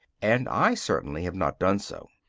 and i certainly have not done so.